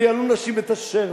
ויעלו נשים ותשרנה,